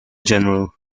general